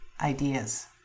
ideas